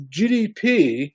GDP